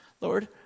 Lord